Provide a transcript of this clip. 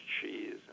cheese